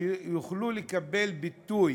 שהם יוכלו לקבל ביטוי.